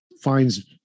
finds